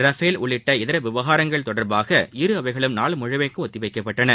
Rafale உள்ளிட்ட இதர விவகாரங்கள் தொடர்பாக இருஅவைகளும் நாள் முழுமைக்கும் ஒத்திவைக்கப்பட்டன